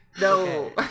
No